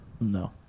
No